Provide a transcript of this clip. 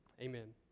Amen